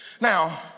Now